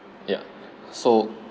ya so